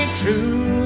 true